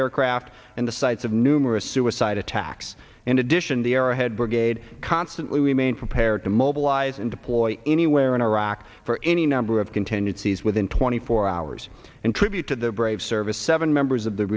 aircraft and the sites of numerous suicide attacks in addition the arrowhead brigade constantly remain for paired to mobilize and deploy anywhere in iraq for any number of contingencies within twenty four hours and tribute to the brave service seven members of the